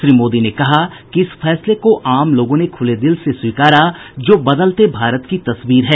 श्री मोदी ने कहा कि इस फैसले को आम लोगों ने खूले दिल से स्वीकारा जो बदलते भारत की तस्वीर है